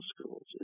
schools